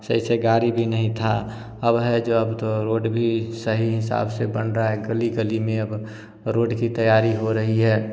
सही से गाड़ी भी नहीं था अब हैं जो अब तो रोड भी सही हिसाब से बन रहा हैं गली गली में अब रोड की तैयारी हो रही है